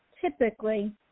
typically